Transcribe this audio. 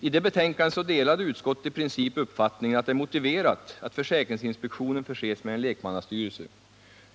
I det betänkandet delade utskottet i princip uppfattningen att det är motiverat att försäkringsinspektionen förses med en lekmannastyrelse.